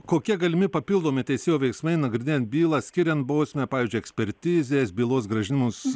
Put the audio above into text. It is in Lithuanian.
kokie galimi papildomi teisėjų veiksmai nagrinėjant bylą skiriant bausmę pavyzdžiui ekspertizės bylos grąžinimus